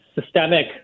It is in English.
systemic